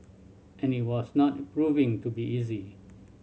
and it was not proving to be easy